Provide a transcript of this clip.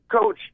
coach